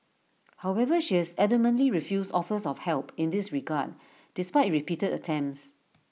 however she has adamantly refused offers of help in this regard despite repeated attempts